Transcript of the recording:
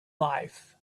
life